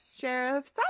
Sheriff